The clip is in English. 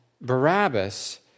Barabbas